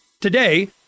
Today